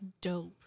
dope